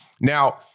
now